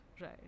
right